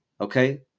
Okay